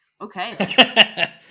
okay